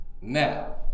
Now